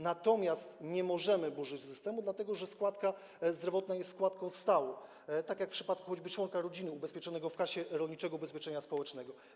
Natomiast nie możemy burzyć systemu, dlatego że składka zdrowotna jest składką stałą, tak jak choćby w przypadku członka rodziny ubezpieczonego w Kasie Rolniczego Ubezpieczenia Społecznego.